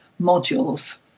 modules